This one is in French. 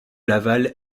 laval